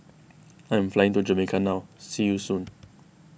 I am flying to Jamaica now see you soon